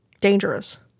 dangerous